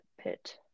Pit